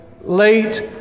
late